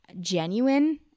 genuine